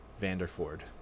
Vanderford